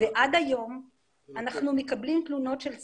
עד היום אנחנו מקבלים תלונות של צרכנים.